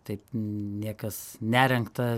taip niekas nerengta